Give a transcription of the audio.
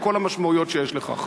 על כל המשמעויות שיש לכך.